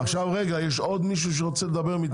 יש עוד מישהו שרוצה לדבר?